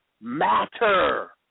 matter